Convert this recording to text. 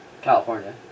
California